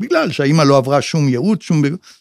בגלל שהאימא לא עברה שום ייעוץ, שום...